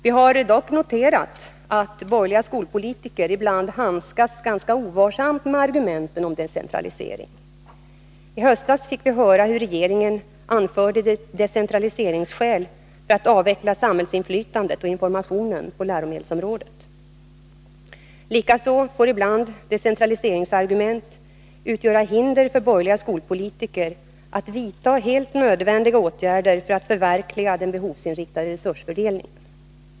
Vi har dock noterat att borgerliga skolpolitiker ibland handskas ganska ovarsamt med argumenten om decentralisering. I höstas fick vi höra hur regeringen anförde decentraliseringsskäl för att avveckla samhällsinflytandet och informationen på läromedelsområdet. Likaså får ibland decentraliseringsargument utgöra hinder för borgerliga skolpolitiker att vidta helt nödvändiga åtgärder för att förverkliga den behovsinriktade resursfördelningen.